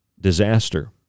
disaster